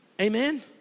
Amen